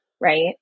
Right